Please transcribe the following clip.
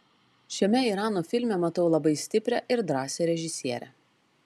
šiame irano filme matau labai stiprią ir drąsią režisierę